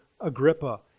Agrippa